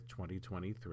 2023